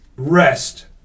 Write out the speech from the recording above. Rest